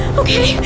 okay